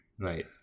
Right